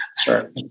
Sure